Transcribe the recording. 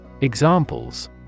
Examples